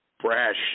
brash